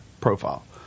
profile